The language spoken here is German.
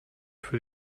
für